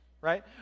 right